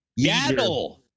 Yaddle